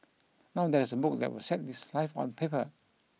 now there is a book that will set his life on paper